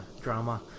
drama